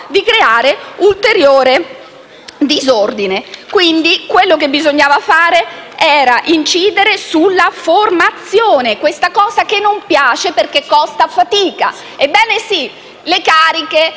per creare ulteriore disordine. Quello che bisognava fare, quindi, era incidere sulla formazione, cosa che non piace perché costa fatica. Ebbene sì, le cariche,